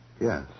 Yes